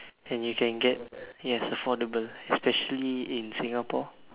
and you can get yes affordable especially in Singapore